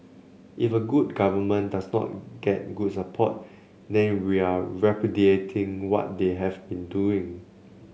if a good government does not get good support then we are repudiating what they have been doing